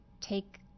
take